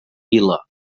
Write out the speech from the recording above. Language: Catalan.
vila